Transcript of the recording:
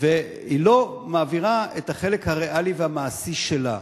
והיא לא מעבירה את החלק הריאלי והמעשי שלה.